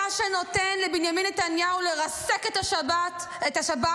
אתה שנותן לבנימין נתניהו לרסק את השב"כ,